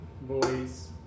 Boys